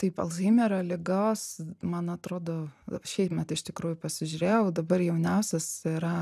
taip alzheimerio ligos man atrodo šįmet iš tikrųjų pasižiūrėjau dabar jauniausias yra